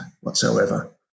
whatsoever